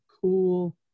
cool